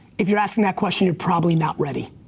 if you're asking that question, you're probably not ready.